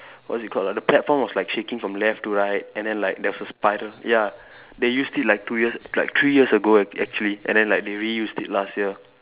what is it called ah the platform was like shaking from left to right and then like there was a spiral ya they used it like two years like three years ago ac~ actually and then like they reused it last year